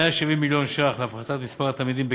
170 מיליון ש"ח להפחתת מספר התלמידים בכיתה,